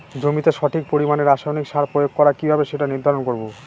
জমিতে সঠিক পরিমাণে রাসায়নিক সার প্রয়োগ করা কিভাবে সেটা নির্ধারণ করব?